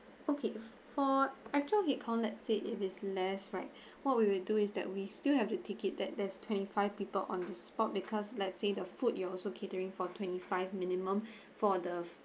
okay for actual headcount let's say if it's less right what would you do is that we still have to take it that there's twenty five people on the spot because let's say the food you also catering for twenty five minimum for the